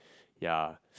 ya